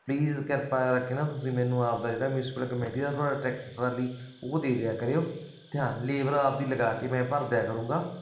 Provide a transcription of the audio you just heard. please ਕਿਰਪਾ ਕਰਕੇ ਨਾ ਤੁਸੀਂ ਮੈਨੂੰ ਆਪ ਦਾ ਜਿਹੜਾ ਮਿਊਸੀਪਲ ਕਮੇਟੀ ਦਾ ਤੁਹਾਡਾ ਟਰੈਕਟਰ ਟਰਾਲੀ ਉਹ ਦੇ ਦਿਆ ਕਰਿਓ ਅਤੇ ਹਾਂ ਲੇਬਰ ਆਪਦੀ ਲਗਾ ਕੇ ਮੈਂ ਭਰ ਦਿਆ ਕਰੂੰਗਾ